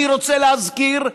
אני רוצה להזכיר,